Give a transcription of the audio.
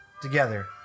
together